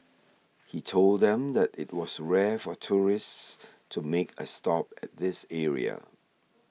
he told them that it was rare for tourists to make a stop at this area